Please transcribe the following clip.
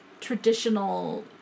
traditional